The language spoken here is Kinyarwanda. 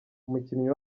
umukinnyi